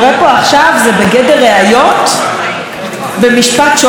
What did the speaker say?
זה בגדר ראיות במשפט שוחד?